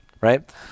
Right